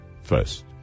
first